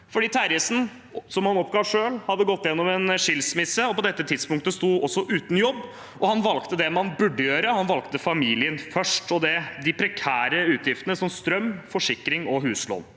fordi Terjesen, som han oppga selv, hadde gått gjennom en skilsmisse og på dette tidspunktet også sto uten jobb. Han valgte det man burde gjøre, han valgte familien først og de prekære utgiftene som strøm, forsikring og huslån.